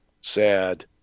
sad